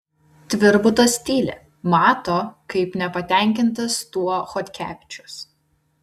tvirbutas tyli mato kaip nepatenkintas tuo chodkevičius